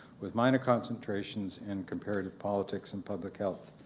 with minor concentrations in comparative politics and public health.